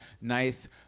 nice